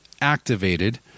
activated